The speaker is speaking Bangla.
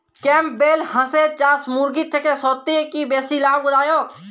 ক্যাম্পবেল হাঁসের চাষ মুরগির থেকে সত্যিই কি বেশি লাভ দায়ক?